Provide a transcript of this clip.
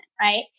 right